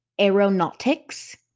Aeronautics